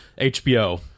HBO